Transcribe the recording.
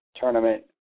tournament